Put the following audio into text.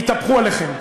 יתהפכו עליכם.